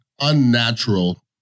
unnatural